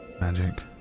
magic